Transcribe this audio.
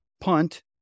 punt